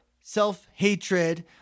self-hatred